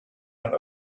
and